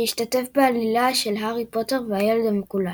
שהשתתף בעלילה של הארי פוטר והילד המקולל.